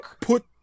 put